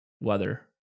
Weather